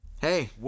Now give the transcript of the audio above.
hey